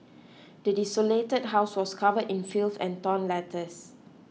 the desolated house was covered in filth and torn letters